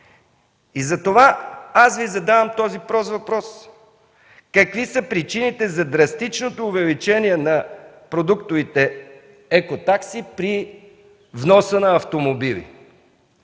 Затова Ви задавам този прост въпрос: какви са причините за драстичното увеличение на продуктовите екотакси при вноса на автомобили?